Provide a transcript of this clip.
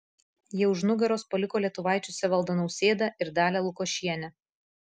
jie už nugaros paliko lietuvaičius evaldą nausėdą ir dalią lukošienę